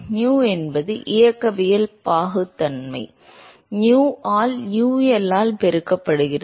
Nu என்பது இயக்கவியல் பாகுத்தன்மை nu ஆல் UL ஆல் பெருக்கப்படுகிறது